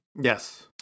Yes